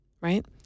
right